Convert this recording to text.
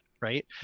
right